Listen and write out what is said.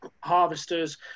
harvesters